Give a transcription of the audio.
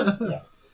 Yes